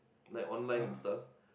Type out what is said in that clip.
like one light in stuff